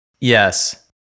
Yes